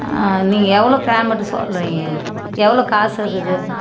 நீங்கள் எவ்வளோ ஃபேமெட்டு சொல்கிறீங்க எவ்வளோ காசு அதுக்கு